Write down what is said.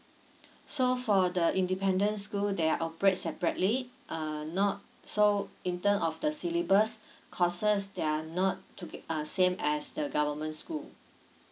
so for the independent school they are operate separately uh not so in terms of the syllabus courses they are not too bi~ uh same as the government school